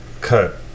Cut